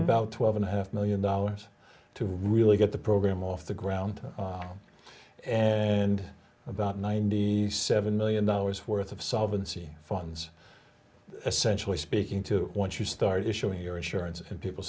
about twelve and a half million dollars to really get the program off the ground and about ninety seven million dollars worth of solvent see funds essentially speaking to once you start issuing your insurance and people